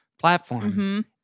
platform